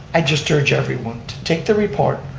i just urge everyone to take the report,